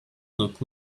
look